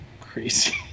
crazy